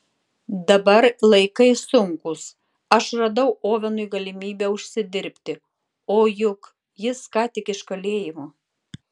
dabar laikai sunkūs aš radau ovenui galimybę užsidirbti o juk jis ką tik iš kalėjimo